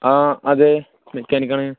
ആ അതേ മെക്കാനിക്കാണ്